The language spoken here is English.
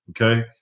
Okay